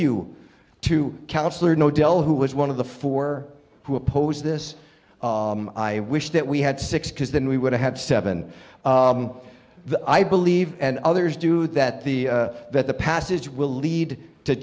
you to councillor no del who was one of the four who opposed this i wish that we had six because then we would have seven i believe and others do that the that the passage will lead to